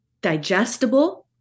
digestible